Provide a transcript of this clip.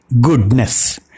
Goodness